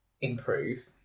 improve